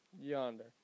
Yonder